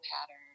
pattern